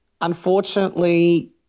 Unfortunately